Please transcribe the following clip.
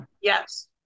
Yes